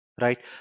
Right